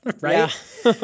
right